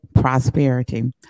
prosperity